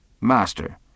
master